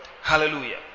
Hallelujah